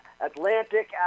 Atlantic